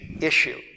issue